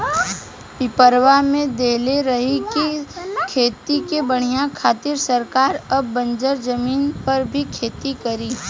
पेपरवा में देले रहे की खेती के बढ़ावे खातिर सरकार अब बंजर जमीन पर भी खेती करी